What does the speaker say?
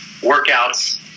workouts